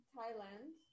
Thailand